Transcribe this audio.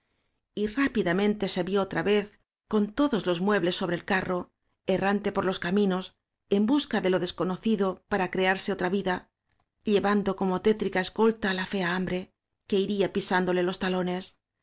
miseria y rápidamente se vió otra vez con todos los muebles sobre el carro errante pol los caminos en busca de lo desconocido para crearse otra vida llevando como tétrica escolta la fea hambre que iría pisándole los talones